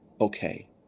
okay